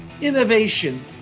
innovation